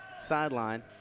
sideline